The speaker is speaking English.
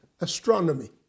astronomy